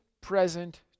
present